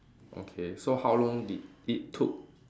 okay so how long did it took